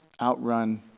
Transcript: outrun